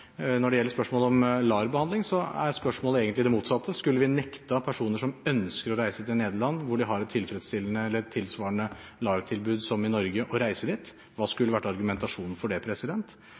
når det gjelder spørsmålet om LAR-behandling, er spørsmålet egentlig det motsatte. Skulle vi nektet personer som ønsker å reise til Nederland, hvor de har et LAR-tilbud tilsvarende det i Norge, å reise dit? Hva skulle vært argumentasjonen for det?